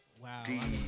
wow